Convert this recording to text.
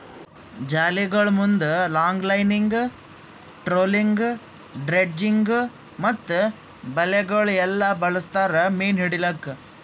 ಜಾಲಿಗೊಳ್ ಮುಂದ್ longlining, trawling, dredging ಮತ್ತ ಬಲೆಗೊಳ್ ಎಲ್ಲಾ ಬಳಸ್ತಾರ್ ಮೀನು ಹಿಡಿಲುಕ್